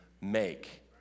make